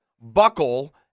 buckle